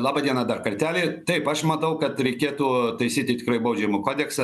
laba diena dar kartelį taip aš manau kad reikėtų taisyti tikrai baudžiamą kodeksą